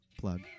Plug